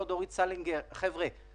או לא דורית סלינגר חבר'ה,